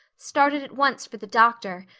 started at once for the doctor,